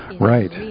Right